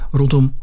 rondom